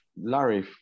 Larry